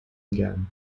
again